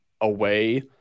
away